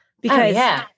because-